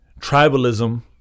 tribalism